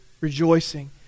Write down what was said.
rejoicing